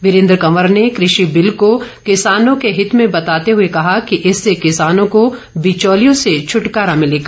वीरेंद्र कंवर ने कृषि बिल को किसानों के हित में बताते हुए कहा कि इससे किसानों को बिचौलियों से छुटकारा मिलेगा